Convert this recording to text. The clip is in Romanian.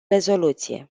rezoluție